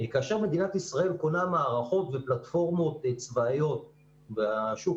כאשר מדינת ישראל קונה מערכות ופלטפורמות צבאיות בשוק